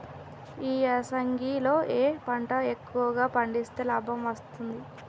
ఈ యాసంగి లో ఏ పంటలు ఎక్కువగా పండిస్తే లాభం వస్తుంది?